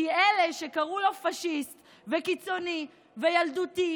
כי אלה שקראו לו פשיסט וקיצוני וילדותי